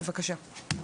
בבקשה.